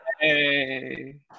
Yay